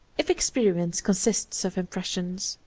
if experience consists of impressions,